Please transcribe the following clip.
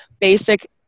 basic